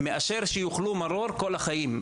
מאשר שיאכלו מרור כל החיים,